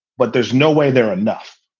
but there's no way there enough.